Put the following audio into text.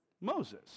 Moses